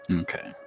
Okay